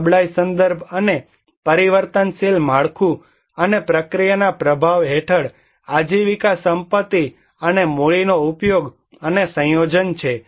એક નબળાઈ સંદર્ભ અને પરિવર્તનશીલ માળખું અને પ્રક્રિયાના પ્રભાવ હેઠળ આજીવિકા સંપત્તિ અને મૂડીનો ઉપયોગ અને સંયોજન છે